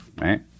right